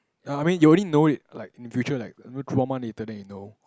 ya I mean you already know it like in the future like through one month later then you know